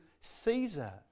Caesar